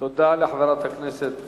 תודה לחברת הכנסת